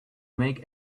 make